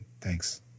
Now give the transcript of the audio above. Thanks